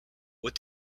what